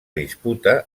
disputa